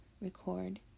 record